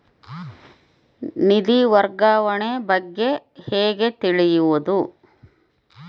ನಿಧಿ ವರ್ಗಾವಣೆ ಬಗ್ಗೆ ಹೇಗೆ ತಿಳಿಯುವುದು?